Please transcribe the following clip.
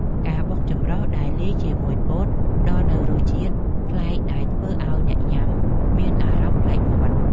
បុកចម្រុះដែលលាយជាមួយពោតផ្តល់នូវរសជាតិប្លែកដែលធ្វើឱ្យអ្នកញ៉ាំមានអារម្មណ៍ប្លែកមាត់។